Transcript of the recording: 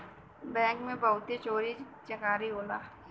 bank में बहुते चोरी चकारी होला